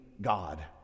God